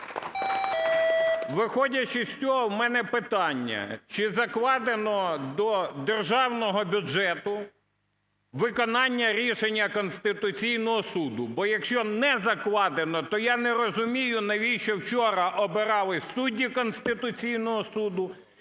Виходячи з цього, у мене питання: чи закладено до Державного бюджету виконання рішення Конституційного Суду? Бо якщо не закладено, то я не розумію, навіщо вчора обирали суддів Конституційного Суду